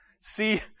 See